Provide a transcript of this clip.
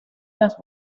las